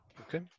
Okay